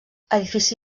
edifici